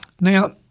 Now